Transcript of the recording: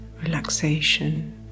relaxation